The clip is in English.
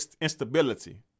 instability